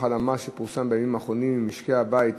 הלמ"ס שפורסם בימים האחרונים: משקי הבית